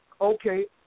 okay